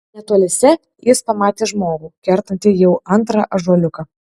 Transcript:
netoliese jis pamatė žmogų kertantį jau antrą ąžuoliuką